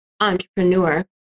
entrepreneur